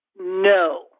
No